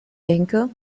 denke